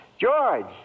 george